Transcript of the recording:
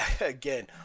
again